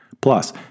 Plus